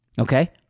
Okay